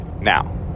Now